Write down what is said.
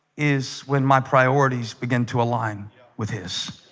is when my priorities begin to align with his